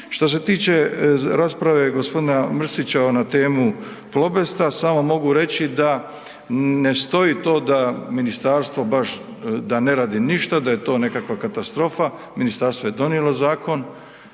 Što se tiče rasprave g. Mrsića na temu Plobesta, samo mogu reći da ne stoji to da ministarstvo baš, da ne radi ništa, da je to nekakva katastrofa, ministarstvo je donijelo zakon,